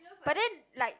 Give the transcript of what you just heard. but then like